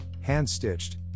hand-stitched